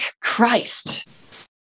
christ